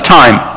time